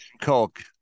coke